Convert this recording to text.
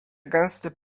gęsty